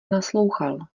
naslouchal